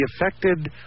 affected